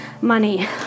money